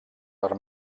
per